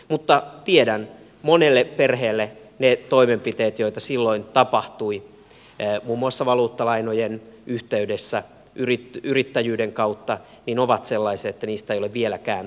mutta tiedän että monelle perheelle ne toimenpiteet joita silloin tapahtui muun muassa valuuttalainojen yhteydessä yrittäjyyden kautta ovat sellaiset että niistä ei ole vieläkään toivuttu